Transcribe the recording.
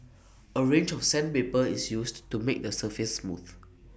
A range of sandpaper is used to make the surface smooth